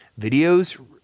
videos